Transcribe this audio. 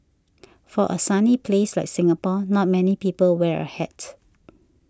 for a sunny place like Singapore not many people wear a hat